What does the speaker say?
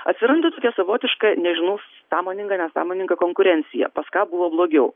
atsiranda tokia savotiška nežinau sąmoninga nesąmoninga konkurencija pas ką buvo blogiau